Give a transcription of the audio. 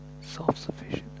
self-sufficient